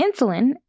insulin